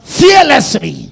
fearlessly